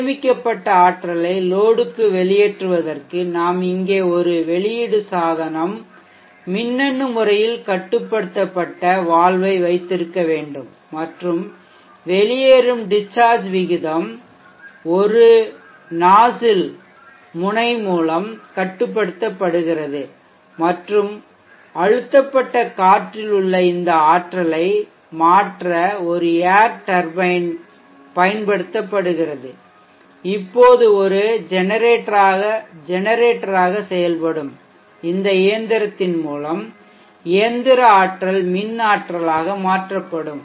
சேமிக்கப்பட்ட ஆற்றலை லோடுக்கு வெளியேற்றுவதற்கு நாம் இங்கே ஒரு வெளியீடு சாதனம் மின்னணு முறையில் கட்டுப்படுத்தப்பட்ட வால்வை வைத்திருக்க வேண்டும் மற்றும் வெளியேறும் டிஷ்சார்ஜ் விகிதம் ஒரு நாஷில்முனை மூலம் கட்டுப்படுத்தப்படுகிறது மற்றும் அழுத்தப்பட்ட காற்றில் உள்ள இந்த ஆற்றலை மாற்ற ஒரு ஏர் டர்பைன் பயன்படுத்தப்படுகிறது இப்போது ஒரு ஜெனரேட்டராக செயல்படும் இந்த இயந்திரத்தின் மூலம் இயந்திர ஆற்றல் மின் ஆற்றலாக மாற்றப்படும்